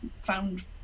found